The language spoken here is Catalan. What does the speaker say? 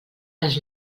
les